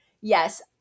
Yes